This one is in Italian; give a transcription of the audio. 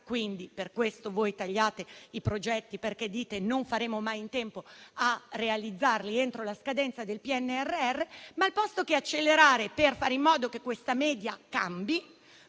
e per questo voi tagliate i progetti, dicendo che non faremo mai in tempo a realizzarli entro la scadenza del PNRR. Tuttavia, piuttosto che accelerare per fare in modo che questa media cambi,